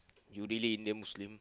you really Indian Muslim